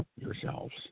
yourselves